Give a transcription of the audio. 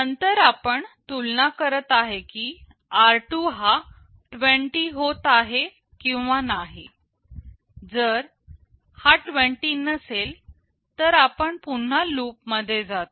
नंतर आपण तुलना करत आहे की r2 हा 20 होत आहे किंवा नाही जर हा 20 नसेल तर आपण पुन्हा लूप मध्ये जातो